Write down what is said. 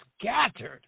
scattered